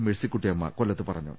Mercykuttyamma കൊല്ലത്ത്പറഞ്ഞു